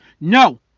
No